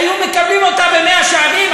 היו מקבלים אותה במאה-שערים.